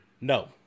No